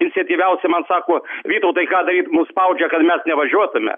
intensyviausiam man sako vytautai ką daryt mus spaudžia kad mes nevažiuotume